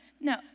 No